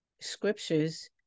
scriptures